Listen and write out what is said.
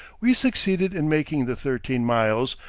we succeeded in making the thirteen miles,